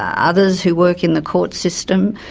others who work in the court system,